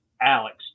alex